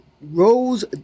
rose